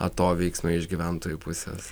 atoveiksmio iš gyventojų pusės